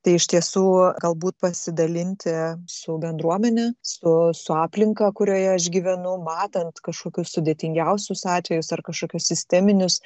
tai iš tiesų galbūt pasidalinti su bendruomene su su aplinka kurioje aš gyvenu matant kažkokius sudėtingiausius atvejus ar kažkokius sisteminius